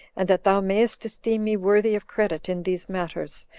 and that thou mayst esteem me worthy of credit in these matters,